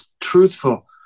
truthful